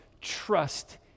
trust